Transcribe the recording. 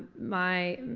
my,